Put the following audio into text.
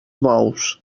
bous